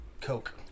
Coke